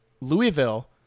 Louisville